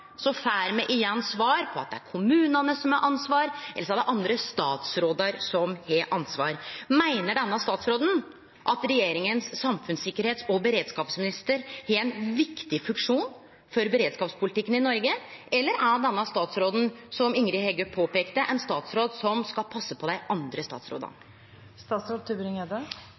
får me igjen til svar at det er kommunane som har ansvar, eller så er det andre statsrådar som har ansvar. Meiner denne statsråden at regjeringas samfunnssikkerheits- og beredskapsminister har ein viktig funksjon for beredskapspolitikken i Noreg, eller er denne statsråden, som Ingrid Heggø påpeikte, ein statsråd som skal passe på dei andre